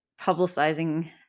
publicizing